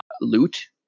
loot